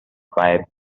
fire